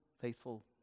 faithful